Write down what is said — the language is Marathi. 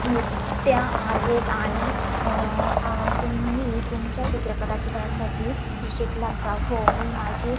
युक्त्या आहेत आणि तुम्ही तुमच्या चित्रकला सुधारण्यासाठी शिकलात का हो मी माझी